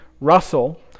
Russell